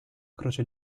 croce